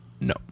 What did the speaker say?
No